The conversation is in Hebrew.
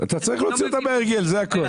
אתה צריך להוציא אותם מההרגל, זה הכול.